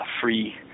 free